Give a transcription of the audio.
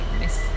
Miss